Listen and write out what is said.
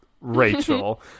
Rachel